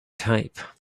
type